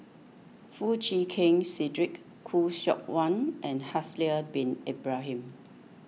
Foo Chee Keng Cedric Khoo Seok Wan and Haslir Bin Ibrahim